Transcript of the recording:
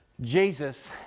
Jesus